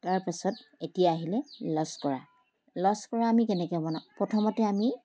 তাৰপাছত এতিয়া আহিলে লস্কৰা লস্কৰা আমি কেনেকৈ বনাওঁ প্ৰথমতে আমি